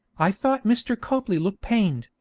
i thought mr. copley looked pained,